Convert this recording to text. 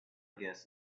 guess